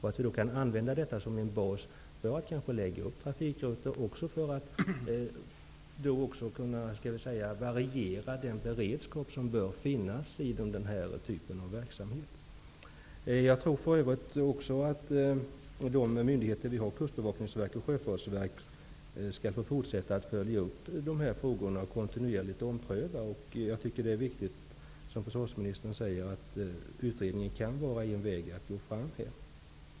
Detta informationsavlämnande kan sedan användas som bas när man lägger upp trafikrutter och för att variera den beredskap som bör finnas inom den här typen av verksamhet. Jag tror för övrigt att berörda myndigheter, Kustbevakningen och Sjöfartsverket, bör fortsätta att följa upp dessa frågor och göra kontinuerliga omprövningar. Som försvarsministern säger är det viktigt att utredningen kan vara en väg att nå fram.